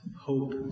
hope